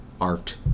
art